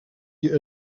die